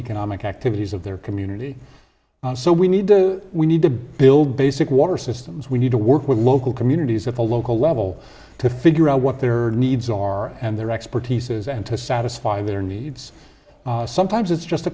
economic activities of their community so we need to we need to build basic water systems we need to work with local communities of a local level to figure out what their needs are and their expertise is and to satisfy their needs sometimes it's just a